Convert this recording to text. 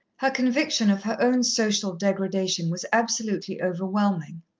her conviction of her own social degradation was absolutely overwhelming.